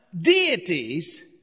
deities